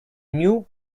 knew